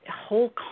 whole